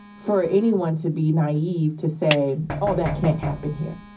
for anyone to be naive to say, oh, that can't happen here.